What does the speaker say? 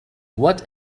what